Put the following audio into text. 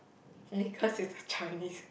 because he's a Chinese